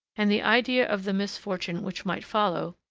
and the idea of the misfortune which might follow,